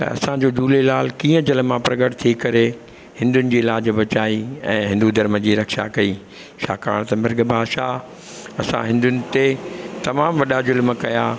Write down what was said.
त असांजो झूलेलाल कीअं जल मां प्रगट थी करे हिंदुनि जी लाजु बचाई ऐं हिंदू धर्म जी रक्षा कई छाकाणि त मिर्ख बादशाह असां हिंदुनि ते तमामु वॾा ज़ुल्म कया